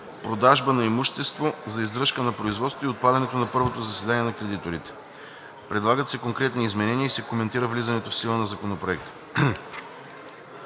продажбата на имущество за издръжка на производството и отпадането на първото заседание на кредиторите. Предлагат се конкретни изменения и се коментира влизането в сила на Законопроекта.